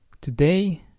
Today